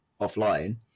offline